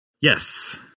Yes